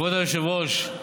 כבוד היושב-ראש,